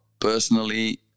personally